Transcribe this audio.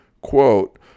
quote